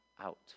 out